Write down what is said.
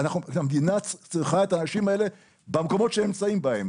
המדינה צריכה את האנשים האלה במקומות שהם נמצאים בהם